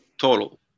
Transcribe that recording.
total